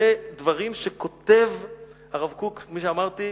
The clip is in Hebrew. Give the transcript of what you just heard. אלה דברים שכותב הרב קוק, כפי שאמרתי,